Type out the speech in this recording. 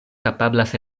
kapablas